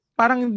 parang